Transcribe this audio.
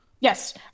Yes